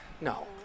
no